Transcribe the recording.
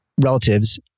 relatives